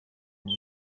muri